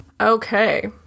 Okay